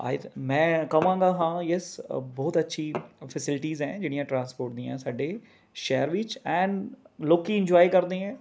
ਆਈ ਮੈਂ ਕਵਾਂਗਾ ਹਾਂ ਯੈੱਸ ਬਹੁਤ ਅੱਛੀ ਫੇਸੀਲਟੀਜ਼ ਹੈ ਜਿਹੜੀਆਂ ਟਰਾਂਸਪੋਰਟ ਦੀਆਂ ਸਾਡੇ ਸ਼ਹਿਰ ਵਿੱਚ ਐਂਡ ਲੋਕ ਈਂਜੋਏ ਕਰਦੇ ਹੈ